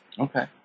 Okay